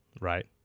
right